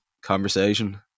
conversation